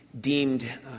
deemed